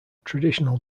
traditional